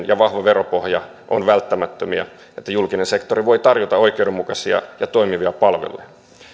ja vahva veropohja ovat välttämättömiä jotta julkinen sektori voi tarjota oikeudenmukaisia ja toimivia palveluja